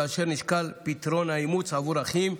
כאשר נשקל פתרון האימוץ עבור אחים,